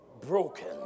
broken